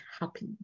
happy